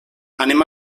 anem